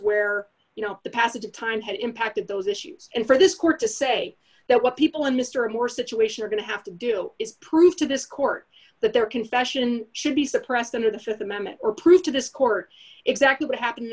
where you know the passage of time had impacted those issues and for this court to say that what people in mr more situation are going to have to do is prove to this court that there confession should be suppressed under the th amendment or prove to this court exactly what happened